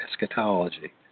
eschatology